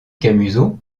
camusot